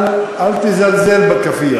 אל תזלזל בכאפיה.